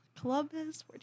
Columbus